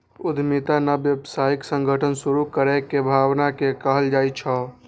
उद्यमिता नव व्यावसायिक संगठन शुरू करै के भावना कें कहल जाइ छै